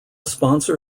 sponsor